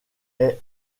est